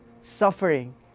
suffering